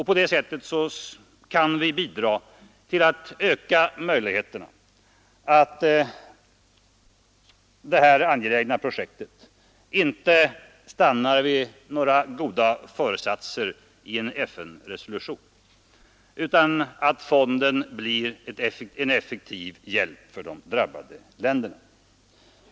På det sättet kan vi bidra till att öka möjligheterna för att detta angelägna projekt inte stannar vid några goda föresatser i en FN-resolution utan blir en effektiv hjälp för de drabbade länderna.